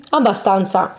abbastanza